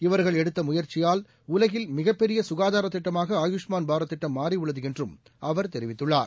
இவர்கள் எடுத்த முய்நசியால் உலகில் மிகப்பெரிய சுகாதார திட்டமாக ஆயுஷ்மான் பாரத் திட்டம் மாறி உள்ளது என்றும் அவர் தெரிவித்துள்ளார்